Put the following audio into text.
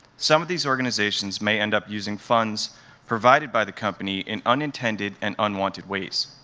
some of these organizations may end up using funds provided by the company in unintended and unwanted ways.